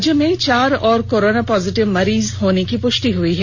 राज्य में चार और कोरोना पॉजिटिव मरीज होने की पुष्टि हुई है